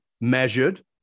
measured